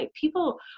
People